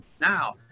now